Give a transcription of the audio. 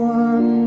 one